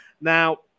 Now